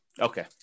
Okay